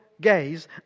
gaze